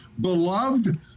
beloved